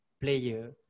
player